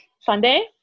Sunday